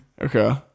Okay